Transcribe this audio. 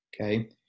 Okay